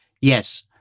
Yes